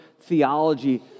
theology